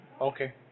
Okay